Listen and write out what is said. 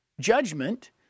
judgment